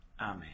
amen